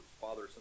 Father